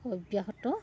অব্যাহত